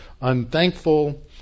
unthankful